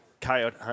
coyote